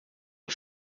aux